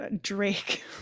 Drake